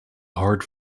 hard